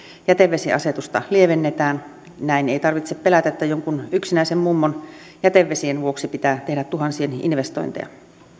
jätevesiasetusta lievennetään näin ei tarvitse pelätä että jonkun yksinäisen mummon jätevesien vuoksi pitää tehdä tuhansien investointeja